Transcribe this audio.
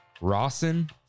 Rawson